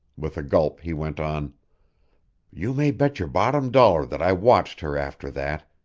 with a gulp he went on you may bet your bottom dollar that i watched her after that,